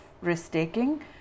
risk-taking